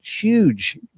huge